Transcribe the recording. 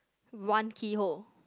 one keyhole